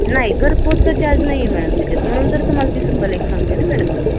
नाही घर पोचचा चार्ज नाही आहे मॅडम त्याच्यात म्हणून तर तुम्हाला तीस रुपयाला एक सांगते आहे ना मॅडम मी